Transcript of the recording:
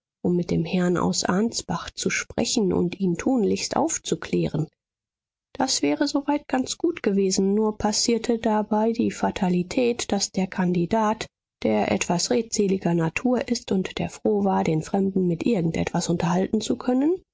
um mit dem herrn aus ansbach zu sprechen und ihn tunlichst aufzuklären das wäre soweit ganz gut gewesen nur passierte dabei die fatalität daß der kandidat der etwas redseliger natur ist und der froh war den fremden mit irgend etwas unterhalten zu können